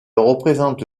représente